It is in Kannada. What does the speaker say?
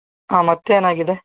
ಹಾಂ ಮತ್ತೇನಾಗಿದೆ